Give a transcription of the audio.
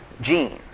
genes